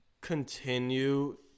continue